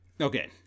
Okay